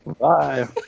Bye